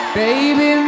Baby